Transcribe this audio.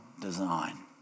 design